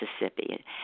Mississippi